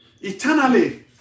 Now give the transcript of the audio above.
eternally